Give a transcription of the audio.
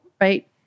right